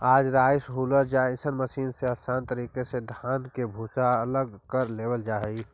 आज rice huller जइसन machine से आसान तरीका से धान के भूसा अलग कर लेवल जा हई